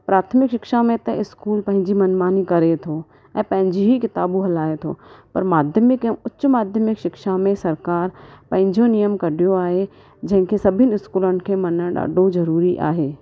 प्राथिमिक शिक्षा में त स्कूल पंहिंजी मनमानी करे थो ऐं पंहिंजी ई किताबूं हलाए थो पर माध्यमिक ऐं उच्च माध्यमिक शिक्षा में सरकार पंहिंजो नियम कढियो आहे जंहिं खे सभिनि स्कूलनि खे मञणु ॾाढो ज़रूरी आहे